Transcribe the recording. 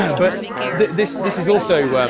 and but this this is also,